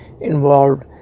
involved